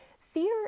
fear